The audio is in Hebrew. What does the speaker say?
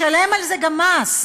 משלם על זה גם מס.